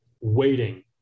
waiting